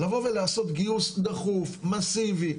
לבוא ולעשות גיוס דחוף, מאסיבי.